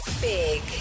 Big